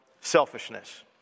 selfishness